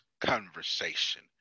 conversation